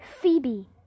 Phoebe